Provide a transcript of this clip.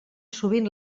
sovint